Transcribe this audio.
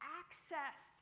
access